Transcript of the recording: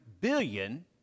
billion